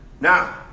Now